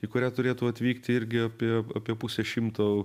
į kurią turėtų atvykti irgi apie apie pusę šimto